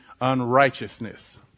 unrighteousness